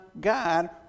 God